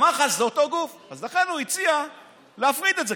ומח"ש זה אותו גוף, אז לכן הוא הציע להפריד את זה.